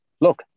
look